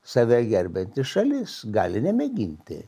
save gerbianti šalis gali nemėginti